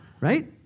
Right